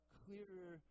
clearer